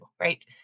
right